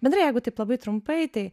bendrai jeigu taip labai trumpai tai